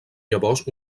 llavors